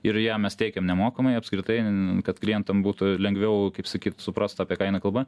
ir ją mes teikiam nemokamai apskritai kad klientam būtų lengviau kaip sakyt suprast apie ką eina kalba